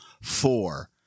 four